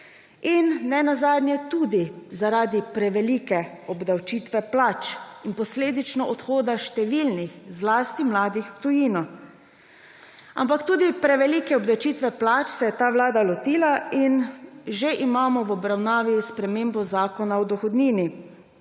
in ne nazadnje tudi v preveliki obdavčitvi plač in posledično odhodu številnih, zlasti mladih v tujino. Ampak tudi prevelike obdavčitve plač se je ta vlada lotila in že imamo v obravnavi spremembo Zakona o dohodnini,